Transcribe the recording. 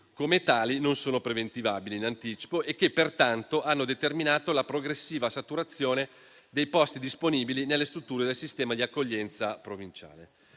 come tali non sono preventivabili in anticipo e che, pertanto, hanno determinato la progressiva saturazione dei posti disponibili nelle strutture del sistema di accoglienza provinciale.